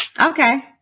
Okay